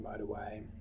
motorway